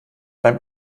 beim